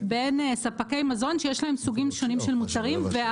בין ספקי מזון שיש להם סוגים שונים של מוצרים.